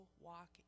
walk